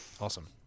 Awesome